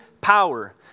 power